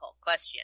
question